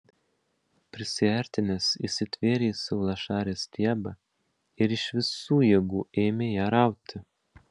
prisiartinęs įsitvėrė į saulašarės stiebą ir iš visų jėgų ėmė ją rauti